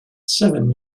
seven